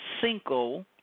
single